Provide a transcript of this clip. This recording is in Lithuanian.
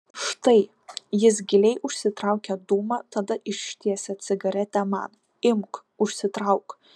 štai jis giliai užsitraukia dūmą tada ištiesia cigaretę man imk užsitrauk